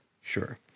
Sure